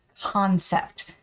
concept